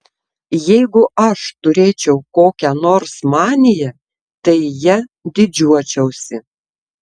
jeigu aš turėčiau kokią nors maniją tai ja didžiuočiausi